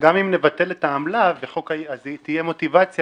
גם אם נבטל את העמלה אז תהיה מוטיבציה